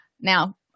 Now